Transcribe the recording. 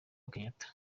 kenyatta